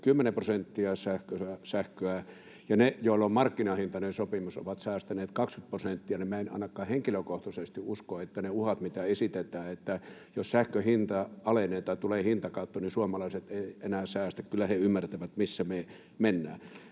10 prosenttia sähköä, ja ne, joilla on markkinahintainen sopimus, ovat säästäneet 20 prosenttia. Minä en ainakaan henkilökohtaisesti usko, että toteutuvat ne uhat, mitä esitetään, että jos sähkön hinta alenee tai tulee hintakatto, niin suomalaiset eivät enää säästä. Kyllä he ymmärtävät, missä me mennään.